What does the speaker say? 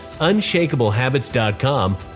unshakablehabits.com